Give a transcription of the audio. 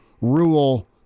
rule